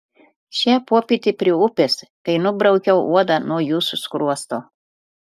šią popietę prie upės kai nubraukiau uodą nuo jūsų skruosto